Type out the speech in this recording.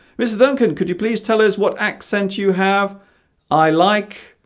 mr. duncan could you please tell us what accent you have i like